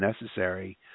necessary